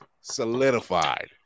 solidified